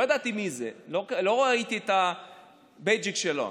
לא ידעתי מי זה, לא ראיתי את התג שלו.